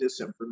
disinformation